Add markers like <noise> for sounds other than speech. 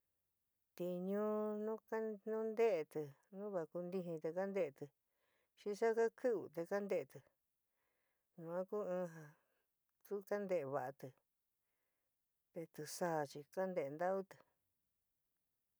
Tiñuu nu <unintelligible> nteeti, nu vai kuntiji te kanteti xi saka kiwi te kanteeti yuan ku in ja tu kantee vaati te tisaa chi ka nteeti ntauti.